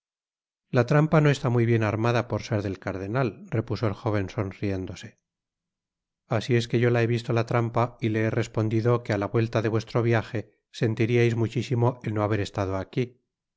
la trampa no está mqy bien armada por ser del cardenal repuso el jóven sonriéndose asi es que yo la he visto la trampa y le he respondido que á la vuelta de vuestro viaje sentiriais muchisimo el no haber estado aqui